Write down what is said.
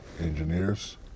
engineers